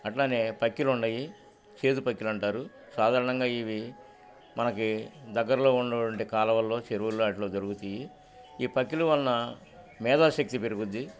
అట్లానే పక్కిలుండయి చేదు పక్లుంటారు సాధారణంగా ఇవి మనకి దగ్గరలో ఉండవండంటి కాాలవల్లో చెరువుల్లో అట్లా దొరుగుతయి ఈ పక్ల వలన మేధా శక్తి పెరుగుద్ది